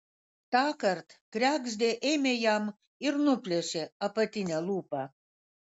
tąkart kregždė ėmė jam ir nuplėšė apatinę lūpą